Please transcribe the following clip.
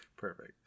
Perfect